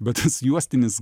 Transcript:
bet juostinis